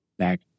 back